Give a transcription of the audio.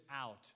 out